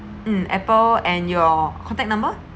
mm apple and your contact number